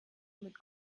mit